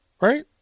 Right